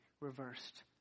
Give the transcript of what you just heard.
reversed